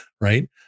Right